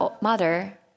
mother